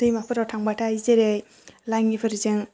दैमाफोराव थांबाथाय जेरै लाङिफोरजों